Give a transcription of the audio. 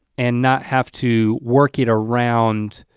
and not have to work it around,